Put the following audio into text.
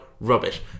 rubbish